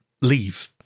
leave